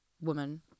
woman